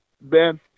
Ben